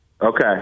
Okay